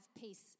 peace